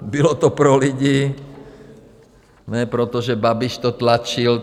Bylo to pro lidi, ne proto, že Babiš to tlačil.